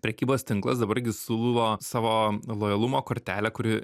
prekybos tinklas dabar gi siūlo savo lojalumo kortelę kuri